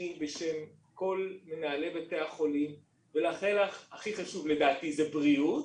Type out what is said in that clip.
בשמי ובשם כל מנהלי בתי החולים ולאחל לך הכי חשוב לדעתי זה בריאות,